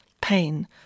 pain